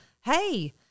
hey